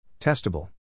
Testable